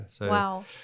Wow